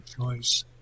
choice